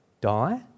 die